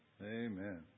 Amen